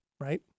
right